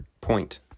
point